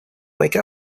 wake